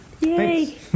Yay